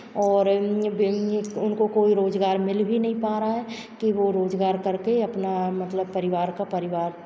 और उनको कोइ रोजगार मिल भी नहीं पा रहा है कि वो रोजगार करके अपना मतलब परिवार का परिवार